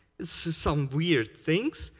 this is some weird things,